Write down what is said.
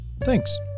Thanks